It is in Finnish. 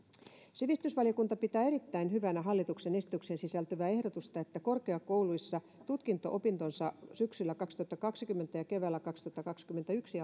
sivistysvaliokunta pitää erittäin hyvänä hallituksen esitykseen sisältyvää ehdotusta että korkeakouluissa tutkinto opintonsa syksyllä kaksituhattakaksikymmentä ja keväällä kaksituhattakaksikymmentäyksi